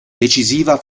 decisiva